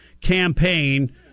campaign